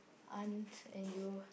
aunt and you